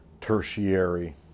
tertiary